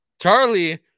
charlie